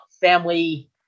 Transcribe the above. family